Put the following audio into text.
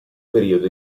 periodo